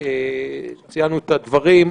ציינו את הדברים.